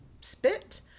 spit